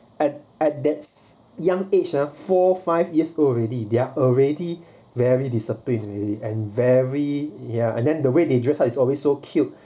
at that young age ah for five years old already they're already very disciplined and very ya and then the way they dress up is always so cute